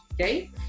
okay